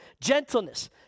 gentleness